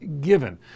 given